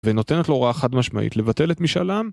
ונותנת לו הוראה חד משמעית, לבטל את משאל העם